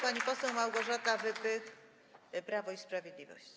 Pani poseł Małgorzata Wypych, Prawo i Sprawiedliwość.